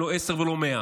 לא עשר ולא מאה.